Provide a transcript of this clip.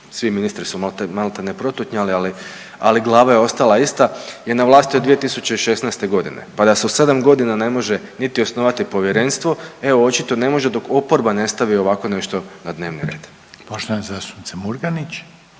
svi ministri su maltene protutnjali, ali glava je ostala ista jer na vlasti od 2016. g., pa da se u 7 godina ne može niti osnovati povjerenstvo, e očito ne može dok oporba ne stavi ovako nešto na dnevni red. **Reiner,